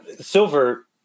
silver